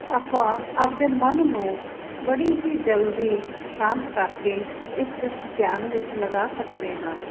ਆਪਾਂ ਆਪਣੇ ਮਨ ਨੂੰ ਬੜੀ ਹੀ ਜਲਦੀ ਸ਼ਾਂਤ ਕਰਕੇ ਇੱਕ ਧਿਆਨ ਵਿੱਚ ਲਗਾ ਸਕਦੇ ਹਾਂ